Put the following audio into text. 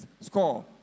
Score